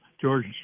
George